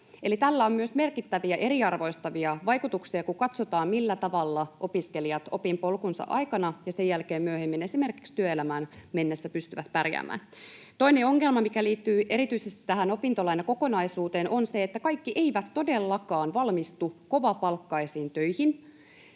tällä on myös merkittäviä eriarvoistavia vaikutuksia, kun katsotaan, millä tavalla opiskelijat opinpolkunsa aikana ja sen jälkeen myöhemmin esimerkiksi työelämään mennessään pystyvät pärjäämään. Toinen ongelma, mikä liittyy erityisesti tähän opintolainakokonaisuuteen, on se, että kaikki eivät todellakaan valmistu kovapalkkaisiin töihin.